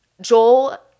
Joel